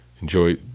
enjoy